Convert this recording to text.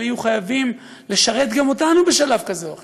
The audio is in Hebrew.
יהיו חייבים לשרת גם אותנו בשלב כזה או אחר.